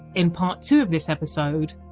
in part two of this episode,